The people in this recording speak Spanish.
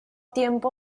tiempo